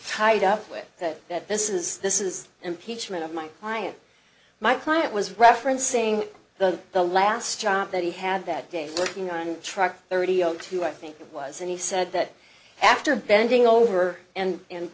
tied up with that that this is this is impeachment of my client my client was referencing the the last job that he had that day working on truck thirty zero two i think it was and he said that after bending over and